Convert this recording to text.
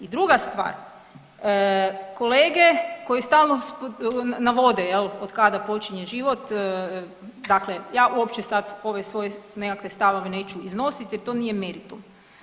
I druga stvar, kolege koji stalno navode je li, od kada počinje život, dakle, ja uopće sad ove svoje nekakve stavove neću iznositi jer to nije meritum.